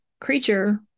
creature